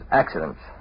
accidents